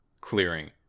clearing